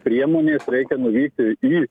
priemonės reikia nuvykti į